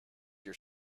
your